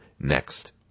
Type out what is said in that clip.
next